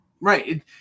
Right